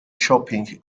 shopping